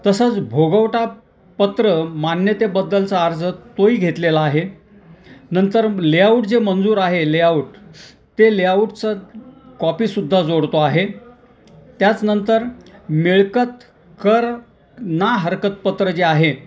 तसंच भोगवटा पत्र मान्यतेबद्दलचा अर्ज तोही घेतलेला आहे नंतर लेआउट जे मंजूर आहे लेआउ ते लेआउटचं कॉपीसुद्धा जोडतो आहे त्याचनंतर मिळकत कर ना हरकतपत्र जे आहे